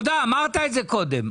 תודה, אמרת את זה קודם.